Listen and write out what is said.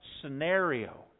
scenario